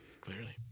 clearly